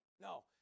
No